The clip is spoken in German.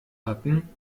hatten